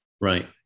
Right